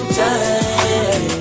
time